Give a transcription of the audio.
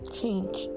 change